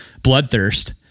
Bloodthirst